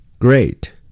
Great